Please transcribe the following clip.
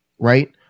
right